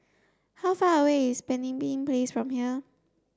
how far away is Pemimpin Place from here